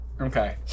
Okay